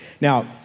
Now